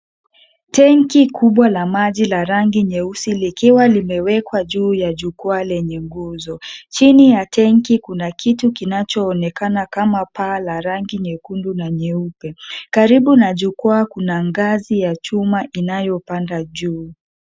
Tenki kubwa la maji la rangi nyeusi likiwa limewekwa juu ya jukwaa lenye nguzo. Chini ya tenki kuna kitu kinachoonekana kama paa la rangi nyekundu na yeupe. Karibu na jukwaa kuna ngazi ya chuma inayopanda juu.